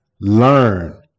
learn